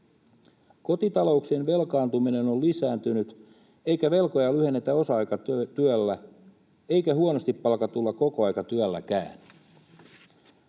Kotitalouksien velkaantuminen on lisääntynyt, eikä velkoja lyhennetä osa-aikatyöllä eikä huonosti palkatulla kokoaikatyölläkään.